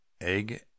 egg